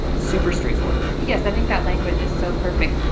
super straightforward yes i think that language is so perfect.